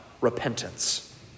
repentance